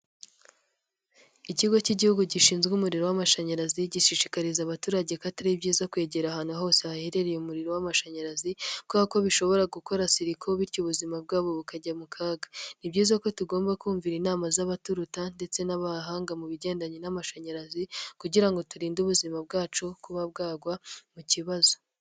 Ikigo k'igihugu gishinzwe umuriro w'amashanyarazi, gishishikariza abaturage ko atari byiza kwegera ahantu hose haherereye umuriro w'amashanyarazi, kubera ko bishobora gukora siliko, bityo ubuzima bwabo bukajya mu kaga. Ni byiza ko tugomba kumvira inama z'abaturuta, ndetse n'abahanga mu bigendanye n'amashanyarazi, kugira ngo turinde ubuzima bwacu kuba bwagwa mu kibazo.